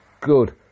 good